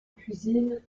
cuisine